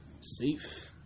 Safe